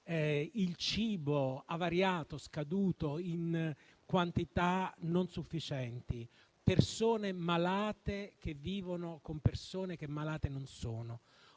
il cibo avariato, scaduto e in quantità non sufficienti, persone malate che vivono con persone che malate non sono.